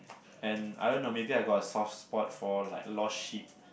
and I don't know maybe I got a soft spot for like lost sheep